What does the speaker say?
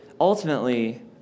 ultimately